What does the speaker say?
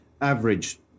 average